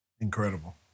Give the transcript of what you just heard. Incredible